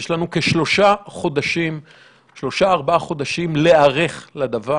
יש לנו כשלושה-ארבעה חודשים להיערך לדבר.